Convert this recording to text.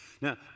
Now